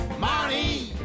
Money